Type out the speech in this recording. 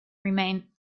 remain